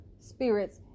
spirits